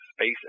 space